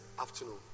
afternoon